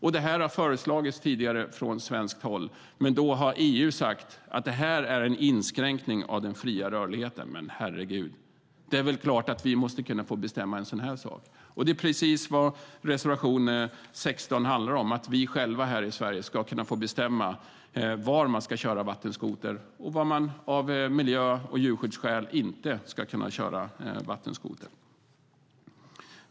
Begränsningar har föreslagits tidigare från svenskt håll, men då sade EU att det är en inskränkning av den fria rörligheten. Men herregud, det är väl klart att vi måste få bestämma en sådan här sak själva. Reservation 16 handlar just om att vi själva här i Sverige ska kunna bestämma var man ska få köra vattenskoter och var man av miljö och djurskyddsskäl inte ska få köra vattenskoter.